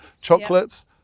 chocolates